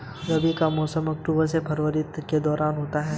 रबी का मौसम अक्टूबर से फरवरी के दौरान होता है